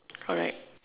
alright